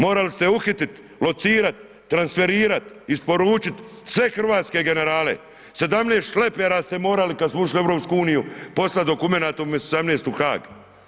Morali ste uhiti, locirat, transferirat, isporučit sve hrvatske generale, 17 šlepera ste morali kad smo ušli u EU poslat dokumenata umjesto 18 u Haag.